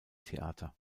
theater